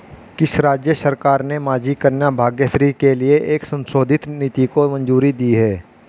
किस राज्य सरकार ने माझी कन्या भाग्यश्री के लिए एक संशोधित नीति को मंजूरी दी है?